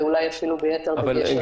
ואולי אפילו ביתר דגש על